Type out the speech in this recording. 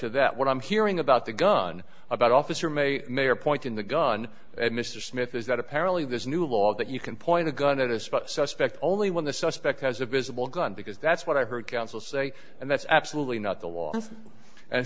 to that what i'm hearing about the gun about officer may may or pointing the gun at mr smith is that apparently there's new law that you can point a gun at this suspect only when the suspect has a visible gun because that's what i heard counsel say and that's absolutely not the law and